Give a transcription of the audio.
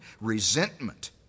resentment